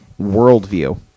worldview